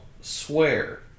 swear